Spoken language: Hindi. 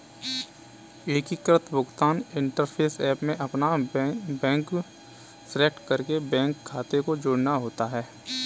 एकीकृत भुगतान इंटरफ़ेस ऐप में अपना बैंक सेलेक्ट करके बैंक खाते को जोड़ना होता है